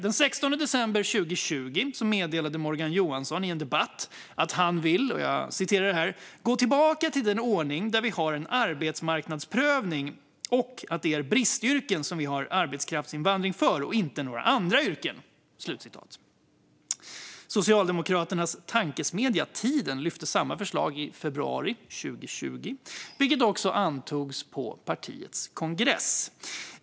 Den 16 december 2020 meddelade Morgan Johansson i en debatt att han vill "gå tillbaka till den ordning där vi har en arbetsmarknadsprövning och att det är bristyrken som vi har arbetskraftsinvandring för och inte några andra yrken". Socialdemokraternas tankesmedja Tiden lyfte samma förslag i februari 2020, vilket också antogs på partiets kongress.